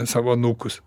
savo anūkus